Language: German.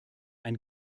ein